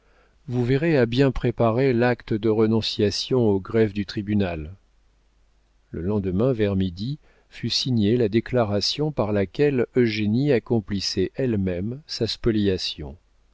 vous verrez à bien préparer l'acte de renonciation au greffe du tribunal le lendemain vers midi fut signée la déclaration par laquelle eugénie accomplissait elle-même sa spoliation